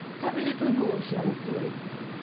have a little more champagne.